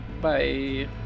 Bye